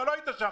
אתה לא היית שם.